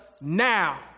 now